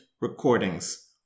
recordings